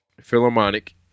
Philharmonic